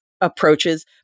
approaches